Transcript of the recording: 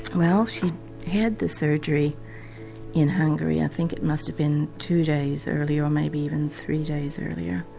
well she had the surgery in hungary i think it must have been two days earlier, maybe even three days earlier.